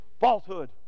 falsehood